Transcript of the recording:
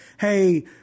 hey